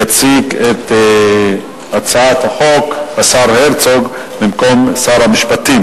יציג את הצעת החוק השר הרצוג במקום שר המשפטים,